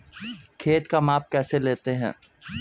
खेत का माप कैसे लेते हैं?